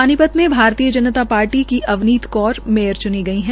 पानीपत में भारतीय जनता पार्टी की अवनीत कौर मेयर च्नी गई है